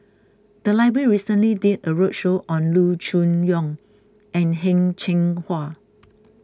the library recently did a roadshow on Loo Choon Yong and Heng Cheng Hwa